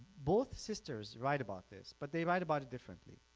both sisters write about this but they write about it differently.